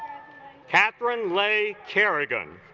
kathryn leigh kerrigan